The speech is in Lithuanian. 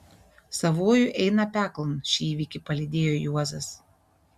savuoju eina peklon šį įvykį palydėjo juozas